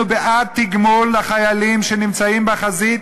אנחנו בעד תגמול לחיילים שנמצאים בחזית,